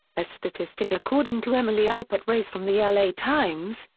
a statistic according to emily alpert rays from the l a. times,